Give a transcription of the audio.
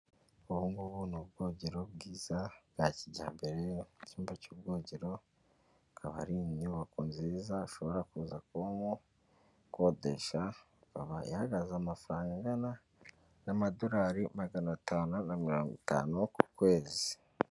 Ubu ngubu ni ubwogero bwiza bwa kijyambere mu cyumba cy'ubwogero akaba ari inyubako nziza ushobora kuza kubamo ukodesha ikaba ihagaze amafaranga angana n'amadolari magana atanu na mirongo itanu ku kwezi.